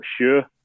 sure